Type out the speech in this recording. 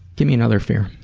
give me another fear.